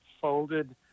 folded